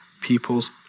people's